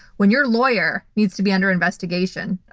when your lawyer needs to be under investigation,